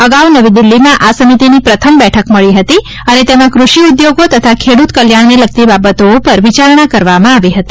અગાઉ નવી દિલ્હીમાં આ સમિતિની પ્રથમ બેઠક મળી હતી અને તેમાં ક્રષિ ઉદ્યોગો તથા ખેડ્રત કલ્યાણને લગતી બાબતો પર વિચારણા કરવામાં હતી